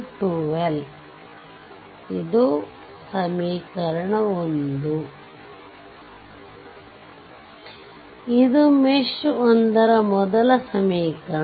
1 ಇದು ಮೆಶ್ 1 ರ ಮೊದಲ ಸಮೀಕರಣ